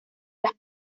las